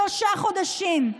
שלושה חודשים,